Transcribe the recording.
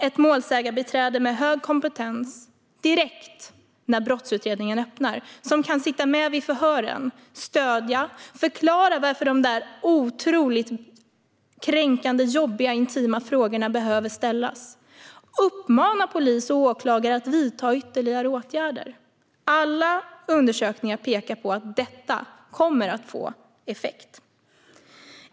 Ett målsägandebiträde med hög kompetens ska finnas med direkt när brottsutredningen öppnar för att kunna sitta med vid förhören och stödja och förklara varför de där otroligt kränkande, jobbiga och intima frågorna behöver ställas och uppmana polis och åklagare att vidta ytterligare åtgärder. Alla undersökningar pekar på att detta kommer att få effekt.